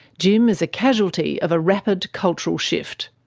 jim is a casualty of a rapid cultural shift.